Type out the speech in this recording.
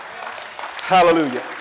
Hallelujah